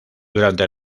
durante